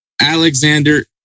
Alexander